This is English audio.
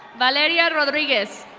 valeria rodriguez.